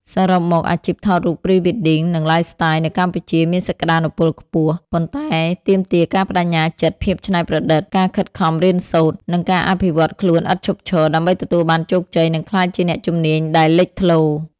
សរុបមក អាជីពថតរូប Pre-wedding និង Lifestyle នៅកម្ពុជាមានសក្តានុពលខ្ពស់ ប៉ុន្តែទាមទារការប្តេជ្ញាចិត្ត ភាពច្នៃប្រឌិត ការខិតខំរៀនសូត្រ និងការអភិវឌ្ឍន៍ខ្លួនឥតឈប់ឈរ ដើម្បីទទួលបានជោគជ័យ និងក្លាយជាអ្នកជំនាញដែលលេចធ្លោ។